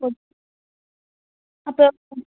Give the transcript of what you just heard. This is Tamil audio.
ஓகே அப்போ ம்